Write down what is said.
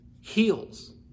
heals